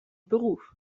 beruf